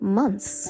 months